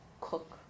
cook